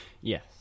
yes